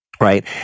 right